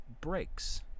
breaks